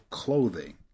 clothing